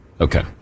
Okay